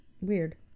Weird